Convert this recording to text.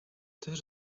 też